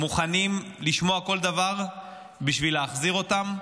מוכנים לשמוע כל דבר בשביל להחזיר אותם.